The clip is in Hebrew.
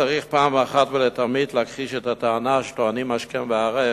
צריך פעם אחת ולתמיד להכחיש את הטענה שטוענים השכם והערב,